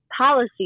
policy